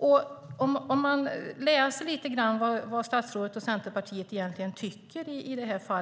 Jag har läst vad statsrådet och Centerpartiet tycker,